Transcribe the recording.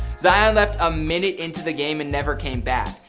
zion left a minute into the game and never came back.